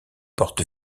porte